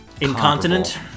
incontinent